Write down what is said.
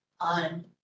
on